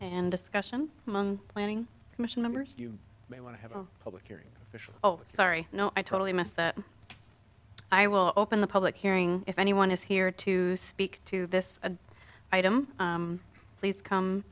and discussion among planning commission members you may want to have a public hearing oh sorry no i totally missed that i will open the public hearing if anyone is here to speak to this a item please come